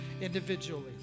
individually